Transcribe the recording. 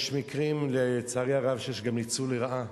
יש מקרים, לצערי הרב, שיש גם ניצול לרעה.